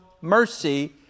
mercy